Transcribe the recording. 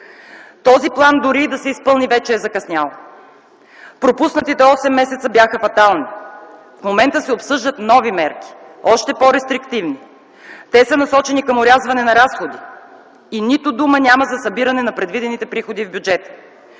Този план, дори и да се изпълни, вече е закъснял. Пропуснатите осем месеца бяха фатални. В момента се обсъждат нови мерки, още по-рестриктивни. Те са насочени към орязване на разходите и нито дума няма за събиране на предвидените приходи в бюджета.